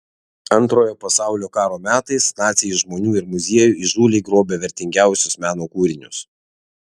antrojo pasaulio karo metais naciai iš žmonių ir muziejų įžūliai grobė vertingiausius meno kūrinius